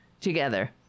together